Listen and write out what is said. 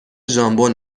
ژامبون